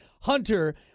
Hunter